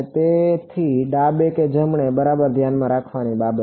તેથી ડાબે કે જમણે બરાબર ધ્યાનમાં રાખવાની આ બાબત છે